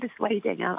persuading